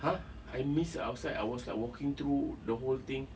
!huh! I miss the outside I was like walking through the whole thing